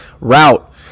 route